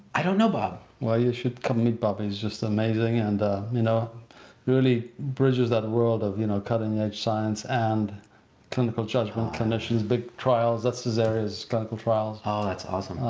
i don't know bob. well, you should come meet bob. he's just amazing and you know really bridges that world of you know cutting edge science and clinical judgment clinicians, big trials, that's his area is clinical trials. oh, that's awesome.